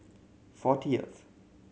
fortieth